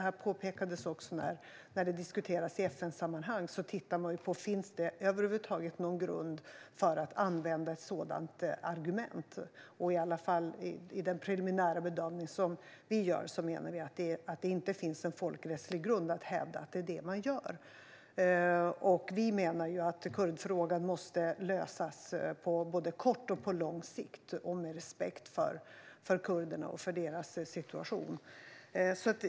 När det här diskuterades i FN-sammanhang tittade man ju på om det över huvud taget finns någon grund för att använda ett sådant argument. I alla fall i den preliminära bedömning som vi gör menar vi att det inte finns en folkrättslig grund att hävda att det är detta man gör. Vi menar att kurdfrågan måste lösas på både kort och lång sikt och med respekt för kurderna och deras situation.